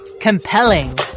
Compelling